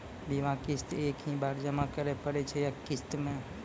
बीमा किस्त एक ही बार जमा करें पड़ै छै या किस्त मे?